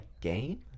game